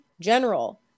general